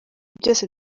byose